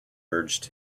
urged